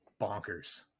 bonkers